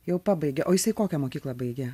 jau pabaigė o jisai kokią mokyklą baigė